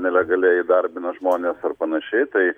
nelegaliai įdarbino žmones ar panašiai tai